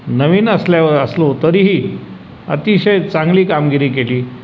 नवीन असल्यावर असलो तरीही अतिशय चांगली कामगिरी केली